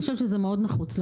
מאוד נחוץ לנו.